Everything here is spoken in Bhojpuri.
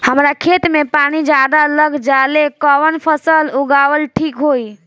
हमरा खेत में पानी ज्यादा लग जाले कवन फसल लगावल ठीक होई?